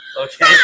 okay